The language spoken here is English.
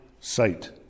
sight